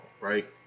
right